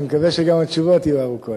אני מקווה שגם התשובות יהיו ארוכות.